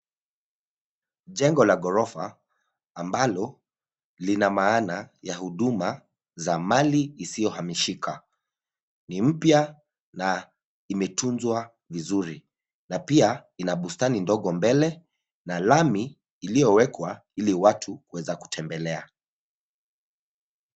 Jengo la gorofa ambalo linamaana ya huduma ya mali zisizohamishikan ni mpya na imetunzwa vizuri na pia ina bustani ndogo mbele na lami iliyowekwa ili watu kuweze kutembelea